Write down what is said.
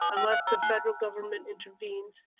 unless the federal government intervenes.